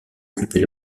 occuper